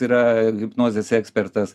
yra hipnozės ekspertas